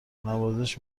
نوازش